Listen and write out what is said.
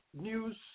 news